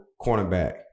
cornerback